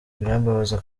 birambabaza